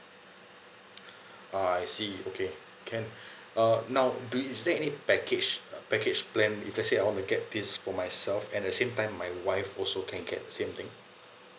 uh I see okay can uh now do you is there any package uh package plan if let's say I want to get this for myself and at the same time my wife also can get the same thing